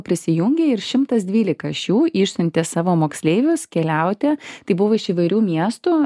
prisijungė ir šimtas dvylika iš jų išsiuntė savo moksleivius keliauti tai buvo iš įvairių miestų